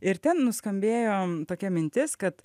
ir ten nuskambėjo tokia mintis kad